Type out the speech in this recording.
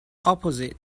opposite